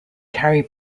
carry